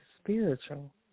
spiritual